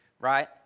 right